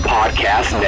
Podcast